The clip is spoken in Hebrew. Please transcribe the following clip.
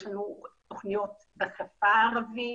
יש לנו תוכניות בשפה הערבית,